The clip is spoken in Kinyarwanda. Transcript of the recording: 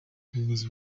ubuyobozi